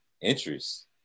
interest